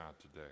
today